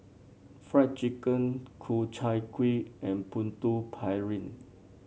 Fried Chicken Ku Chai Kuih and Putu Piring